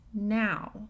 now